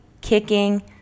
kicking